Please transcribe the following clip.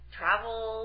travel